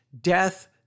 death